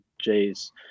jay's